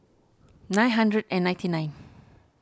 nine hundred and ninety nine